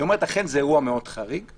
היא אומרת: אכן זה אירוע חריג מאוד